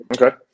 Okay